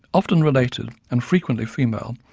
often related and frequently female,